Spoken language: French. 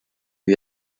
lui